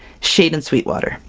shade and sweet water,